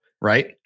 right